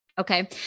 Okay